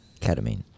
Ketamine